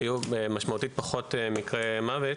היו משמעותית פחות מקרי מוות,